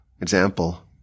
example